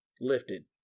lifted